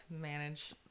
manage